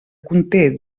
conté